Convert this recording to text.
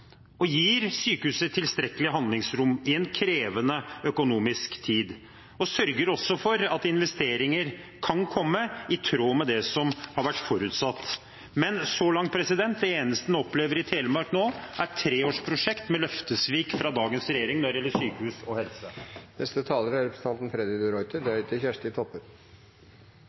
han gir sykehuset tilstrekkelig handlingsrom i en krevende økonomisk tid og sørger for at investeringer kan komme, i tråd med det som har vært forutsatt. Men så langt er det eneste en opplever i Telemark nå, et treårsprosjekt med løftesvik fra dagens regjering når det gjelder sykehus og helse. Det er